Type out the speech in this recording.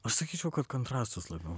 aš sakyčiau kad kontrastus labiau